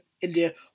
India